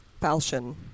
falchion